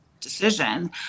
decision